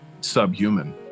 subhuman